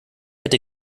hätte